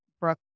Brooke